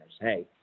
Hey